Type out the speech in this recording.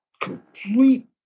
complete